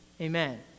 Amen